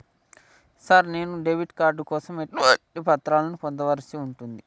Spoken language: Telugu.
సార్ నేను డెబిట్ కార్డు కోసం ఎటువంటి పత్రాలను పొందుపర్చాల్సి ఉంటది?